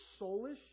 soulish